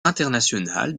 international